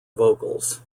vocals